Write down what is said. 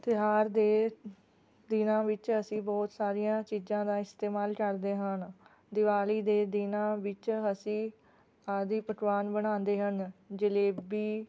ਤਿਉਹਾਰ ਦੇ ਦਿਨਾਂ ਵਿੱਚ ਅਸੀਂ ਬਹੁਤ ਸਾਰੀਆਂ ਚੀਜ਼ਾਂ ਦਾ ਇਸਤੇਮਾਲ ਕਰਦੇ ਹਨ ਦਿਵਾਲੀ ਦੇ ਦਿਨਾਂ ਵਿੱਚ ਅਸੀਂ ਆਦਿ ਪਕਵਾਨ ਬਣਾਉਂਦੇ ਹਨ ਜਲੇਬੀ